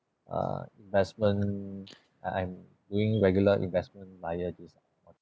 uh investment I I'm doing regular investment via this